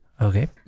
Okay